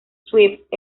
swift